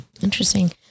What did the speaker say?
interesting